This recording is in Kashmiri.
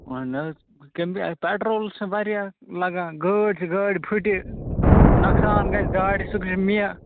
اَہَن حظ کمہِ پیٹرول حظ چھِ واریاہ لَگان گٲڑۍ چھِ گاڑِ پھُٹہِ نۄقصان گژھِ گاڑِ سُہ گٔے مےٚ